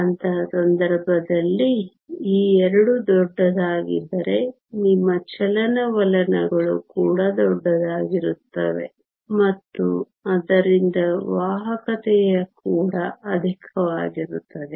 ಅಂತಹ ಸಂದರ್ಭದಲ್ಲಿ ಈ ಎರಡು ದೊಡ್ಡದಾಗಿದ್ದರೆ ನಿಮ್ಮ ಚಲನವಲನಗಳು ಕೂಡ ದೊಡ್ಡದಾಗಿರುತ್ತವೆ ಮತ್ತು ಆದ್ದರಿಂದ ವಾಹಕತೆ ಕೂಡ ಅಧಿಕವಾಗಿರುತ್ತದೆ